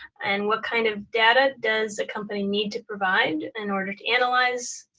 and what kind of data does a company need to provide in order to analyze?